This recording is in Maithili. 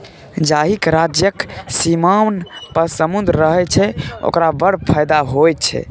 जाहिक राज्यक सीमान पर समुद्र रहय छै ओकरा बड़ फायदा होए छै